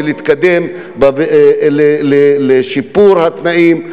ולהתקדם לשיפור התנאים,